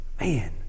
Man